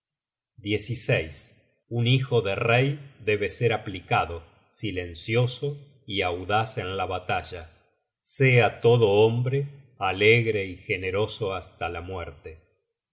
razon un hijo de rey debe ser aplicado silencioso y audaz en la batalla sea todo hombre alegre y generoso hasta la muerte